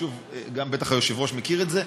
בטח גם היושב-ראש מכיר את זה,